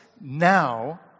now